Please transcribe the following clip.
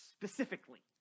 Specifically